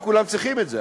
לא כולם צריכים את זה,